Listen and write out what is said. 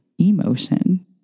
emotion